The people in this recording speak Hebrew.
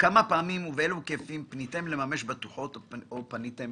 כמה פעמים ובאלה היקפים פניתם לממש בטוחות או פניתם